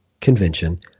Convention—